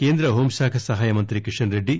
కేంద్ర హోంశాఖ సహాయమంత్రి కిషన్ రెడ్డి